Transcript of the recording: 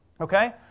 Okay